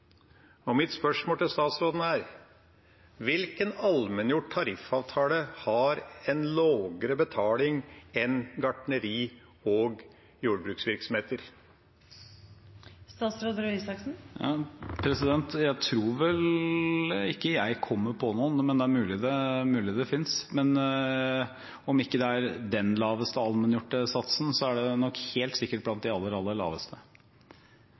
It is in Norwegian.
Og mitt spørsmål til statsråden er: Hvilken allmenngjort tariffavtale har en lavere betaling enn gartneri- og jordbruksvirksomheter? Jeg tror vel ikke jeg kommer på noen, men det er mulig det fins. Om ikke det er den laveste allmenngjorte satsen, er det nok helt sikkert blant de aller, aller laveste.